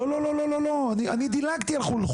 לא לא, אני דילגתי על חו"ל.